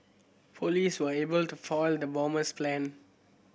police were able to foil the bomber's plan